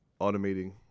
automating